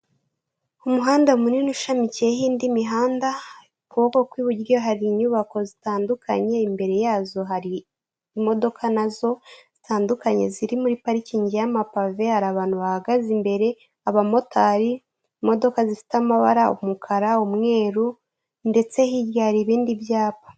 Ku muhanda munini ushamikiyeho indi mihanda mu boko kw'iburyo hari inyubako zitandukanye imbere yazo hari imodoka nazo zitandukanye ziri muri parikingi y'amapave, hari abantu bahagaze imbere abamotari imodoka zifite amabara umukara umweru ndetse hirya hari ibindi byapa.